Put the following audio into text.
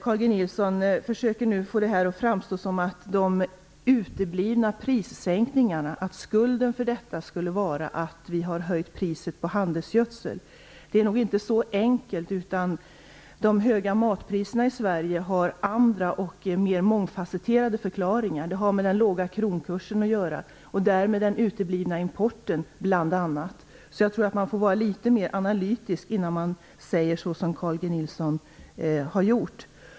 Carl G Nilsson försöker nu få det att framstå som om anledningen till de uteblivna prissänkningarna skulle vara att vi har höjt priset på handelsgödsel. Det är nog inte så enkelt. De höga matpriserna i Sverige har andra och mer mångfasetterade förklaringar. De har bl.a. med den låga kronkursen, och därmed den uteblivna importen, att göra. Jag tror att man får vara litet mer analytisk innan man säger så som Carl G Nilsson har gjort.